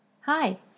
Hi